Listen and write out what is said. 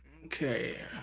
Okay